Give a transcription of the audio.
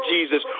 Jesus